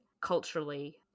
culturally